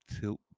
tilt